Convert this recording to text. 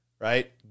right